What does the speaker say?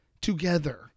together